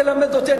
אתה אל תלמד אותי,